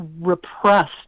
repressed